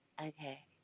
Okay